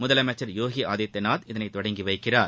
முதலமைச்சர் யோகி ஆதித்யநாத் இதனை தொடங்கி வைக்கிறார்